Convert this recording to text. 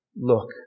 look